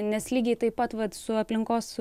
nes lygiai taip pat vat su aplinkos